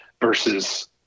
versus